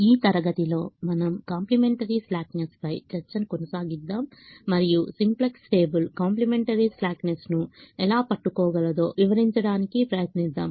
ఈ తరగతి లో మనము కాంప్లిమెంటరీ స్లాక్నెస్ పై చర్చను కొనసాగిద్దాం మరియు సింప్లెక్స్ టేబుల్ కాంప్లిమెంటరీ స్లాక్నెస్ను ఎలా పట్టుకోగలదో వివరించడానికి ప్రయత్నిద్దాం